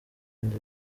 ndi